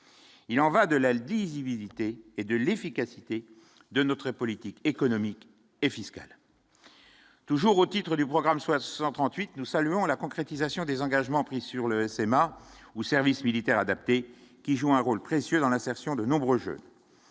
Il en va de l'aile d'illisibilité et de l'efficacité de notre politique économique et fiscale. Toujours au titre du programme, soit 138 nous saluons la concrétisation des engagements pris sur le Sénat ou service militaire adapté qui joue un rôle précieux dans l'insertion, de nombreux jeunes